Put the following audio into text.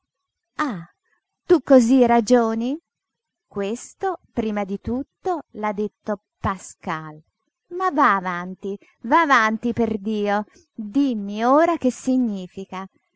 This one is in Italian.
tu cosí ragioni questo prima di tutto l'ha detto pascal ma va avanti va avanti perdio dimmi ora che significa